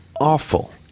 awful